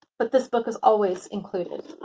but this book has always included.